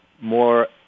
more